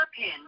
pin